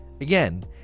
Again